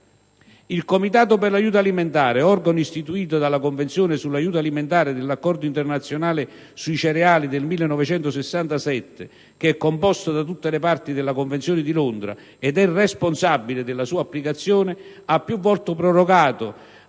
Il Comitato per l'aiuto alimentare - organo istituito dalla Convenzione sull'aiuto alimentare dell'Accordo internazionale sui cereali del 1967 composto da tutte le parti della Convenzione di Londra e responsabile della sua applicazione - ha più volte prorogato,